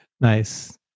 Nice